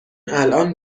الان